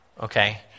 okay